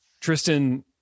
Tristan